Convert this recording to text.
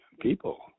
people